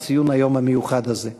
לציון היום המיוחד הזה.